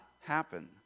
happen